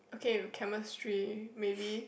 okay chemistry maybe